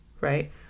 right